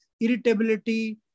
irritability